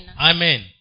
Amen